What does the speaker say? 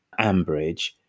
Ambridge